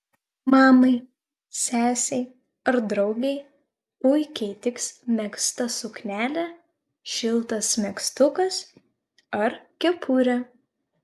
mamai sesei ar draugei puikiai tiks megzta suknelė šiltas megztukas ar kepurė